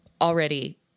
already